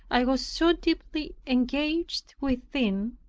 i was so deeply engaged within,